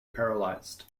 paralyzed